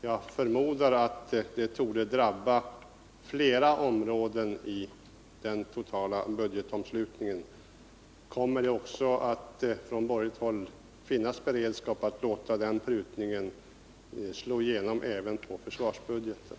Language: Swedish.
Jag förmodar att de torde drabba flera områden i den totala budgeten. Kommer det från borgerligt håll att finnas en beredskap för att låta den prutningen slå igenom även på försvarsbudgeten?